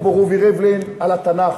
כמו רובי ריבלין על התנ"ך,